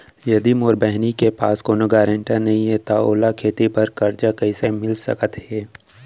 यदि मोर बहिनी के पास कोनो गरेंटेटर नई हे त ओला खेती बर कर्जा कईसे मिल सकत हे?